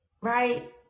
right